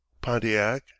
Pontiac